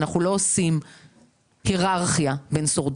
ואנחנו לא עושים היררכיה ביניהם.